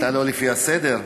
אתה לא לפי הסדר?